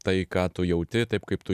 tai ką tu jauti taip kaip tu